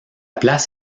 place